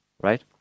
right